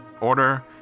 order